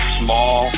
small